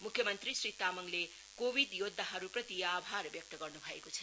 मुख्य मन्त्री श्री तामाङले कोविड योदधाहरुप्रति आभार व्यक्त गर्नु भएको छ